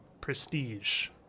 prestige